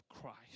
Christ